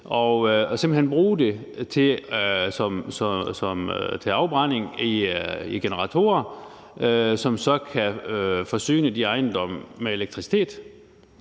og simpelt hen bruge den til afbrænding i generatorer, som så kan forsyne de ejendomme med elektricitet.